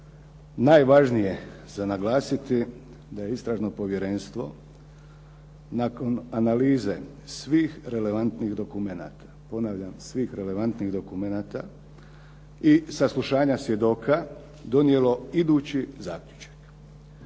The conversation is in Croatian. najvažnije za naglasiti da je Istražno povjerenstvo nakon analize svih relevantnih dokumenata, ponavljam, svim relevantnih dokumenata